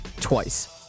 twice